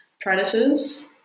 predators